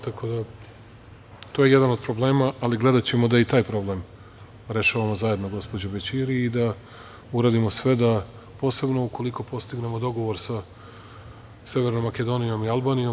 Tako da je to jedan od problema, ali gledaćemo da i taj problem rešavamo zajedno, gospođo Bećiri i da uradimo sve, posebno ukoliko postignemo dogovor sa Severnom Makedonijom i Albanijom.